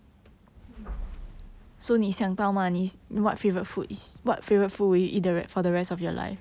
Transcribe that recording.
hmm